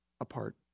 apart